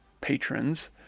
patrons